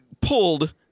pulled